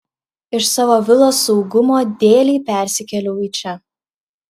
iš savo vilos saugumo dėlei persikėliau į čia